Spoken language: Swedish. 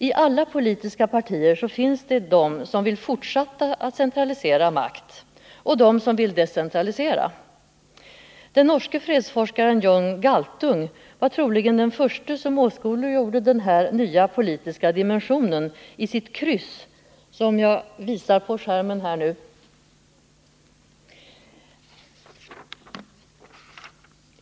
I alla politiska partier finns de som vill fortsätta centralisera makt och de som vill decentralisera. Den norske fredsforskaren John Galtung var troligen den förste som åskådliggjorde den här nya politiska dimensionen i sitt kryss, som jag visar på skärmen.